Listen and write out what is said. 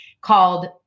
called